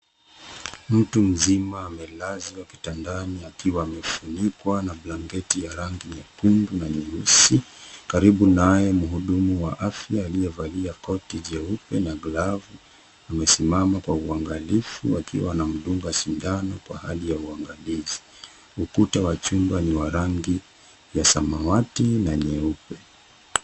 Mtu mzima amelazwa kitandani akiwa amefunikwa na blanketi ya rangi nyekundu na nyeusi, karibu naye mhudumu wa afya aliyevalia koti jeupe na glovu amesimama kwa uangalifu wakiwa na anamdunga sindano kwa hali ya uangalizi ,ukuta wa chumba ni wa rangi ya samawati na nyeupe.